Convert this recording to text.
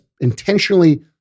intentionally